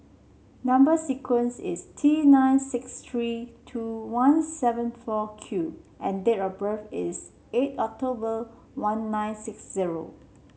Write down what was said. number sequence is T nine six three two one seven four Q and date of birth is eight October one nine six zero